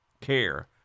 care